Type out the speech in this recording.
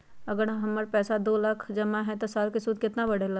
अगर हमर पैसा दो लाख जमा है त साल के सूद केतना बढेला?